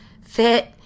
fit